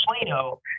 Plano